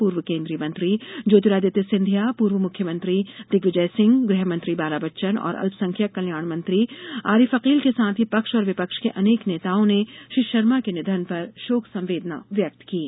पूर्व केन्द्रीय मंत्री ज्योतिरादित्य सिंधिया पूर्व मुख्यमंत्री दिग्विजय सिंह गृहमंत्री बालाबच्चन और अल्पसंख्यक कल्याण मंत्री आरिफ अकील के साथ ही पक्ष और विपक्ष के अनेक नेताओं ने श्री शर्मा के निधन पर शोक संवेदना व्यक्त की है